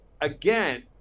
Again